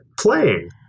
playing